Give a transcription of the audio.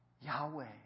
Yahweh